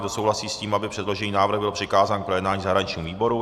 Kdo souhlasí s tím, aby předložený návrh byl přikázán k projednání zahraničnímu výboru?